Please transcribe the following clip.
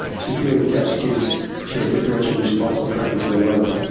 securely-attached kids show a differential response and preference for the mother.